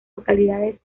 localidades